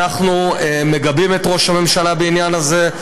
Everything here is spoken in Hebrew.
שאנחנו מגבים את ראש הממשלה בעניין הזה.